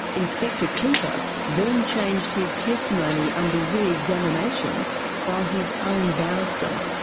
inspector cooper then changed his testimony under re-examination by his own barrister.